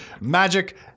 Magic